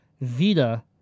Vita